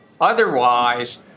Otherwise